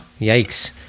Yikes